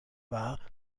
war